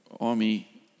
Army